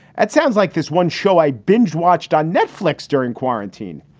that sounds like this one show i binge watched on netflix during quarantine.